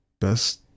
best